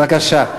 בבקשה.